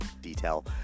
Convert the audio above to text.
detail